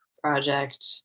project